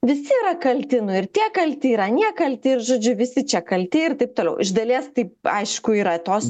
visi yra kalti nu ir tie kalti ir anie kalti ir žodžiu visi čia kalti ir taip toliau iš dalies tai aišku yra tos